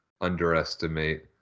underestimate